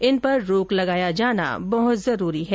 इन पर रोक लगाया जाना बहुत जरूरी है